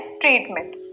treatment